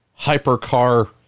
hypercar